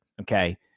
okay